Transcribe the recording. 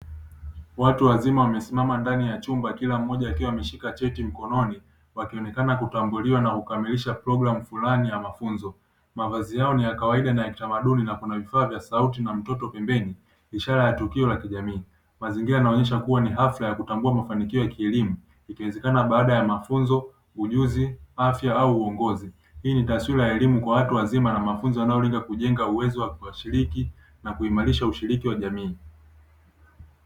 Watu wazima wamesimama ndani ya chumba kila mmoja akiwa ameshika cheti mkononi wakionekana kutambuliwa na ukamilisha program fulani ya mafunzo mavazi yao ni ya kawaida na ya kitamaduni na kuna vifaa vya sauti na mtoto pembeni ishara ya tukio la kijamii mazingira yanaonyesha kuwa ni afya ya kutambua mafanikio ya kilimo ikiwezekana baada ya mafunzo, ujuzi, afya au uongozi. Hii ni taswira ya elimu kwa watu wazima na mafunzo wanaolinga kujenga uwezo wa kuwashiriki na kuimarisha ushiriki wa jamii.